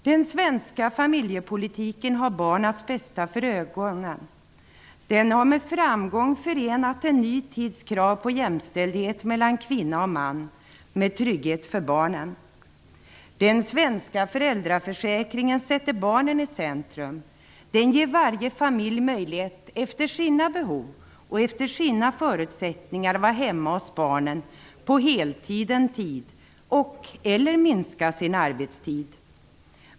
Den svenska familjepolitiken har barnens bästa för ögonen. Den har med framgång förenat en ny tids krav på jämställdhet mellan kvinna och man med trygghet för barnen. Den svenska föräldraförsäkringen sätter barnen i centrum. Den ger varje familj möjlighet att efter sina behov och förutsättningar vara hemma hos barnen på heltid en tid och/eller minska sin arbetstid.